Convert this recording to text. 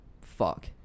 fuck